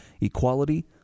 equality